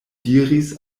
diris